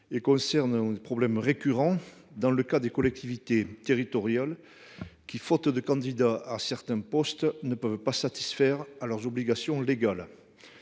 la fonction publiques et concerne le cas des collectivités territoriales qui, faute de candidats à certains postes, ne peuvent pas satisfaire à leurs obligations légales.